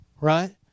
right